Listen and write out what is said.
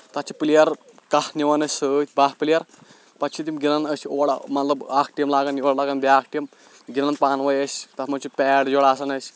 تَتھ چھِ پِلیر کاہ نِوان أسۍ سۭتۍ باہ پِلیر پَتہٕ چھِ تِم گِنٛدان أسۍ چھِ اور مطلب اکھ ٹیٖم لاگان یورٕ لاگن بیٛاکھ ٹیٖم گِنٛدان پانہٕ ؤنۍ أسۍ تَتھ منٛز چھِ پیڈ جوڑٕ آسان أسۍ